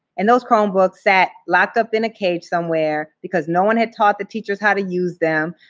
and those chromebooks sat locked up in a cage somewhere because no one had taught the teachers how to use them.